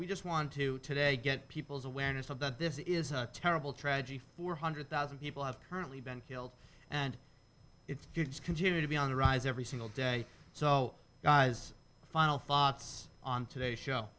we just want to today get people's awareness of that this is a terrible tragedy four hundred thousand people have currently been killed and it's just continue to be on the rise every single day so guys final thoughts on today's show